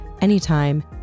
anytime